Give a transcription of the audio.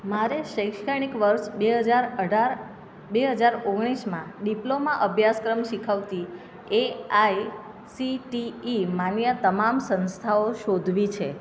મારે શૈક્ષણિક વર્ષ બે હજાર અઢાર બે હજાર ઓગણીસમાં ડિપ્લોમા અભ્યાસક્રમ શીખવતી એઆઇસીટીઇ માન્ય તમામ સંસ્થાઓ શોધવી છે